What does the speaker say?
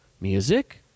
music